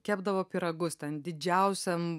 kepdavo pyragus ten didžiausiam